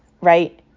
right